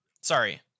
Sorry